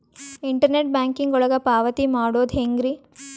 Internet banking ಒಳಗ ಪಾವತಿ ಮಾಡೋದು ಹೆಂಗ್ರಿ?